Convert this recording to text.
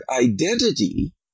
identity